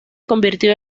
convirtió